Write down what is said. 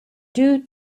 due